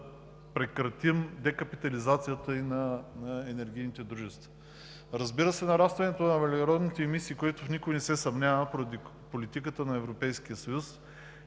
прекратим декапитализацията и на енергийните дружества. Разбира се, нарастването на въглеродните емисии, в които никой не се съмнява поради политиката на Европейския съюз